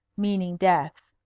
meaning death.